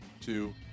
two